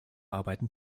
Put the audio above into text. arbeiten